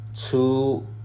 two